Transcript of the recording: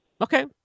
Okay